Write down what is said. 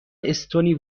استونی